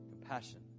Compassion